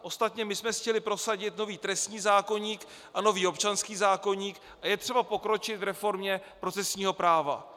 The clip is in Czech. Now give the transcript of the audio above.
Ostatně my jsme chtěli prosadit nový trestní zákoník a nový občanský zákoník a je třeba pokročit v reformě procesního práva.